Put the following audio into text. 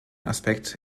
aspekt